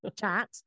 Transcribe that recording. chat